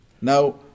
Now